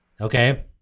Okay